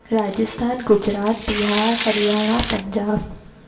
Rajasthan Gujarat Bihar Haryana Punjab